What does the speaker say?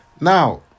Now